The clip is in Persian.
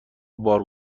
بار